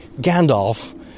Gandalf